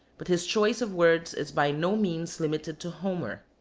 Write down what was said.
but his choice of words is by no means limited to homer.